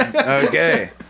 Okay